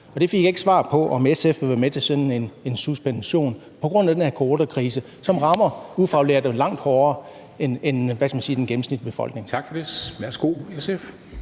Det fik jeg ikke svar på, altså om SF vil være med til sådan en suspension på grund af den her coronakrise, som rammer ufaglærte langt hårdere end, hvad skal man sige, den gennemsnitlige befolkning.